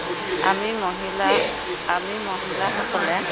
আমি মহিলা আমি মহিলাসকলে